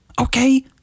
Okay